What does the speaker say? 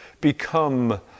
become